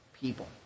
people